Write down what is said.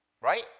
Right